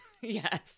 Yes